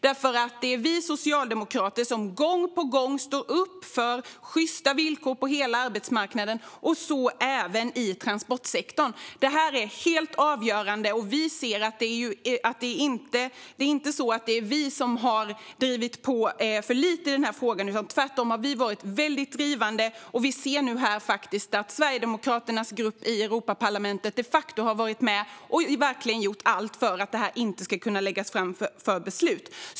Det är nämligen vi socialdemokrater som gång på gång står upp för sjysta villkor på hela arbetsmarknaden, även i transportsektorn. Det här är helt avgörande. Det är inte på det sättet att vi har drivit på för lite i frågan. Vi har tvärtom varit mycket drivande. Och nu ser vi att Sverigedemokraternas grupp i Europaparlamentet de facto har gjort allt för att förslaget inte ska kunna läggas fram för beslut.